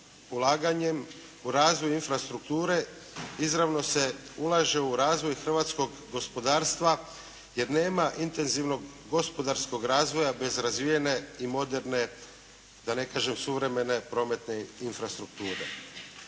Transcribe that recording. ulaganjem u razvoj infrastrukture izravno se ulaže u razvoj hrvatskog gospodarstva jer nema intenzivnog gospodarskog razvoja bez razvijene i moderne da ne kažem suvremene prometne infrastrukture.